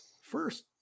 first